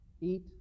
eat